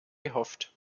gehofft